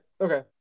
Okay